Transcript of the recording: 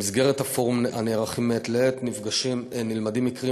במסגרת הפורומים הנערכים מעת לעת נלמדים מקרים